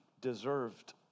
deserved